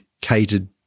catered